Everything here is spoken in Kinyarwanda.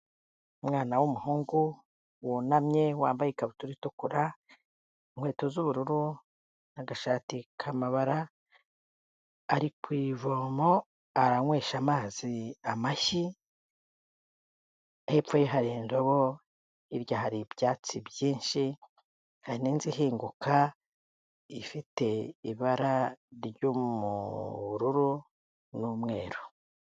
Umwana w'umuhungu wunamye wambaye ikabutura itukura, inkweto z'ubururu n'agashati k'amabara. Ari ku ivomo aranywesha amazi amashyi, hepfo ye hari indobo. Hirya hari ibyatsi byinshi, hari n'inzu ihinguka ifite ibara ry'umururu n'umweru.